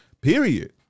period